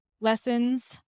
lessons